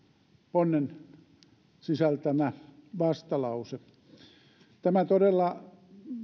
ponnen sisältämä vastalause tämä todella